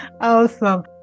Awesome